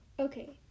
Okay